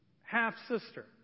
half-sister